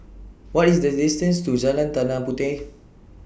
What IS The distance to Jalan Tanah Puteh